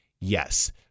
Yes